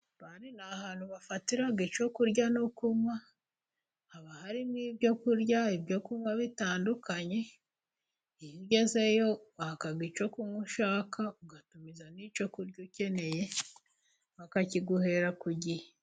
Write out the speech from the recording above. Bare ni ahantu bafatira icyo kurya no kunywa haba hari n' ibyo kurya ibyo kunywa bitandukanye, iyo ugezeyo baka icyo kunywa ushaka, ugatumiza n'icyo kurya ukeneye bakakiguhera ku gihe.